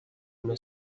una